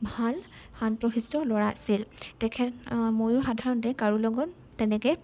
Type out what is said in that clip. ভাল শান্ত শিষ্ট ল'ৰা আছিল তেখেত ময়ূৰ সাধাৰণতে কাৰো লগত তেনেকৈ